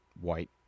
white